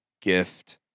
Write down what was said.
gift